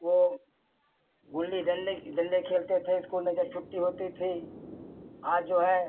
वह गुल्ली डन्डे की डन्डे खेलते थे स्कूल में जब छुट्टी होती थी आज जो है